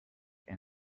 and